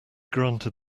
granted